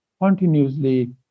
continuously